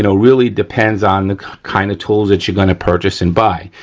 you know really depends on the kind of tools that you're gonna purchase and buy.